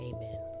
Amen